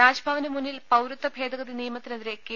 രാജ്ഭവന് മുന്നിൽ പൌരത്വ ഭേദഗതി നിയമത്തിനെതിരെ കെ